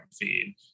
feed